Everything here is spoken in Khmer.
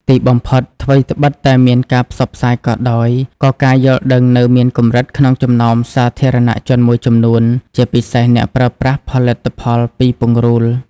ទីបំផុត ថ្វីត្បិតតែមានការផ្សព្វផ្សាយក៏ដោយក៏ការយល់ដឹងនៅមានកម្រិតក្នុងចំណោមសាធារណជនមួយចំនួនជាពិសេសអ្នកប្រើប្រាស់ផលិតផលពីពង្រូល។